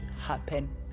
happen